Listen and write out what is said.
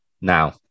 Now